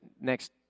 next